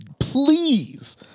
Please